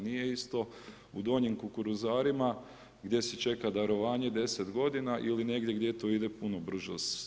Nije isto u Donjim Kukuruzarima gdje se čeka darovanje 10 godina ili negdje gdje to ide puno brže.